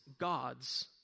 God's